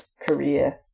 career